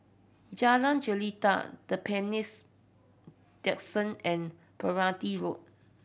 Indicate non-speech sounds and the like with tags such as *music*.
Jalan Jelita The *unintelligible* and *unintelligible* Road